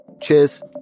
cheers